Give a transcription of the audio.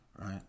Right